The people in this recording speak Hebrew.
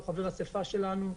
הוא חבר אסיפה שלנו.